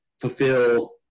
fulfill